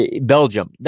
Belgium